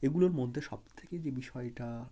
এগুলোর মধ্যে সব থেকে যে বিষয়টা